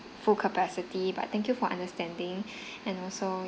full capacity but thank you for understanding and also